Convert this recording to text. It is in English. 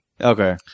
Okay